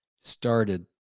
started